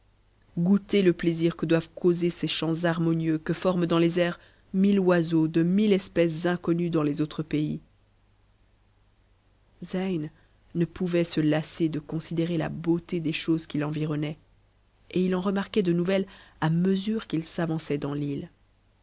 goûtez le plaisir que doivent causer ces chants harmonieux que forment dans les airs mille oiseaux de mille espèces inconnues dans les autres pays n zeyn ne pouvait se lasser déconsidérer la beauté des chosesqui t'environnaient et il en remarquait de nouvelles à mesure qu'il s'avançait